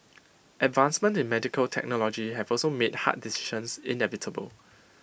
advancements in medical technology have also made hard decisions inevitable